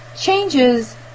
Changes